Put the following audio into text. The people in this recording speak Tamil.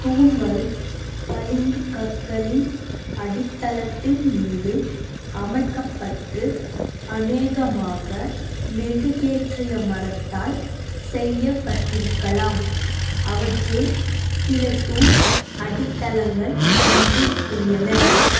தூண்கள் பளிங்குக் கற்களின் அடித்தளத்தின் மீது அமைக்கப்பட்டு அநேகமாக மெருகேற்றிய மரத்தால் செய்யப்பட்டிருக்கலாம் அவற்றுள் சில தூண் அடித்தளங்கள் இன்றும் உள்ளன